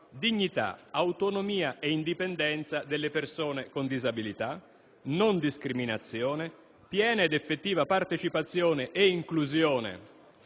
dignità, autonomia e indipendenza delle persone con disabilità, non discriminazione, piena ed effettiva partecipazione ed inclusione